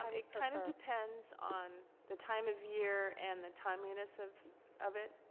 um it kind of depends on the time of year and the timeliness of of it.